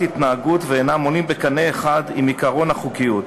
התנהגות ואינם עולים בקנה אחד עם עקרון החוקיות.